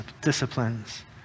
disciplines